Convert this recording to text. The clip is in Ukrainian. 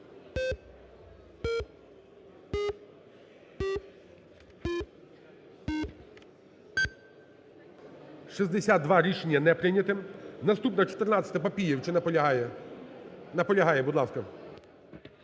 За-62 Рішення не прийнято. Наступна, 14-а, Папієв. Чи наполягає? Наполягає. Будь ласка.